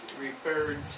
referred